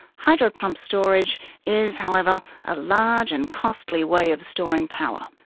hydropump storage is, however, a large and costly way of storing power,